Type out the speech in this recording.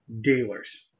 dealers